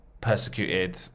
persecuted